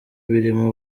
birimo